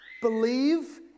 believe